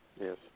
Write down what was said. Yes